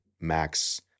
Max